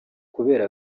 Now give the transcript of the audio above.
kubera